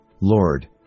Lord